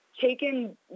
taken